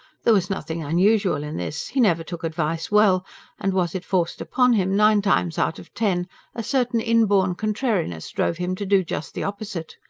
there was nothing unusual in this he never took advice well and, was it forced upon him, nine times out of ten a certain inborn contrariness drove him to do just the opposite.